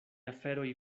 aferoj